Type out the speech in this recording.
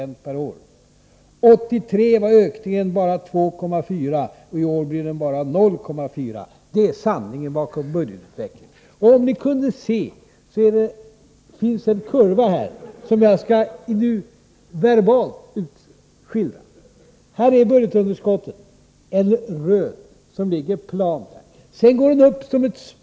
1983 var ökningen endast 2,4 96, och i år blir den bara 0,4 96. Det är sanningen bakom budgetutvecklingen. På det papper som jag håller i handen finns det en kurva som visar budgetunderskottet.